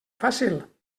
fàcil